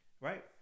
right